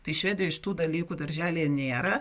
tai švedijoj šitų dalykų darželyje nėra